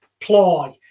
ploy